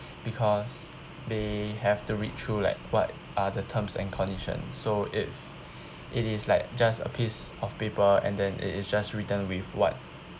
because they have to read through like what other terms and conditions so it it is like just a piece of paper and then it is just written with what